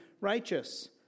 righteous